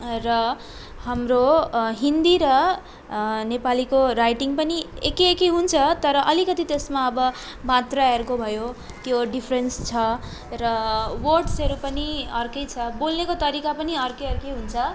र हाम्रो हिन्दी र नेपालीको राइटिङ पनि एकै एकै हुन्छ तर अलिकति त्यसमा अब मात्राहरूको भयो त्यो डिफरेन्स छ र वर्डसहरू पनि अर्कै छ बोल्नेको तरिका पनि अर्कै अर्कै हुन्छ